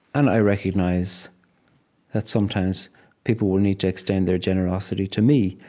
and i recognize that sometimes people will need to extend their generosity to me,